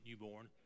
newborn